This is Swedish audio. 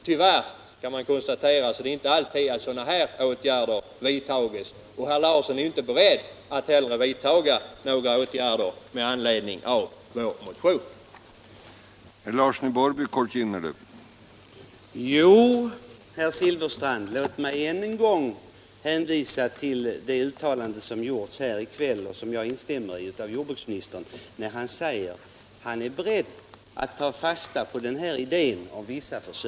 Tyvärr kan man konstatera att det inte är alltid som sådana åtgärder vidtas — och herr Larsson är inte heller beredd att vidta några åtgärder med anledning av vår motion.